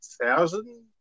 thousand